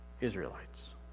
Israelites